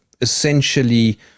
essentially